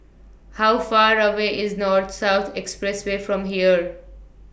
How Far away IS North South Expressway from here